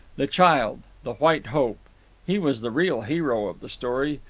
the child the white hope he was the real hero of the story,